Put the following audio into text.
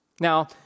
Now